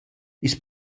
i’s